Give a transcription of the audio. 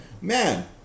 man